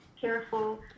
careful